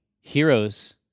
Heroes